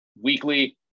weekly